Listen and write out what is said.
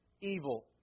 evil